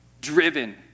Driven